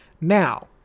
Now